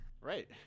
Right